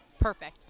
perfect